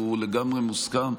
והוא לגמרי מוסכם.